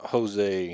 Jose